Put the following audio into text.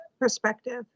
perspective